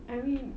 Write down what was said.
I mean